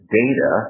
data